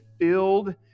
filled